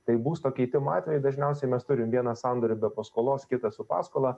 tai būsto keitimo atveju dažniausiai mes turim vieną sandorį be paskolos kitą su paskola